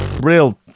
real